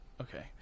okay